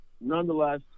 nonetheless